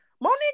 Monique